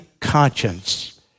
conscience